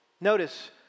Notice